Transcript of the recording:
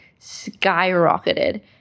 skyrocketed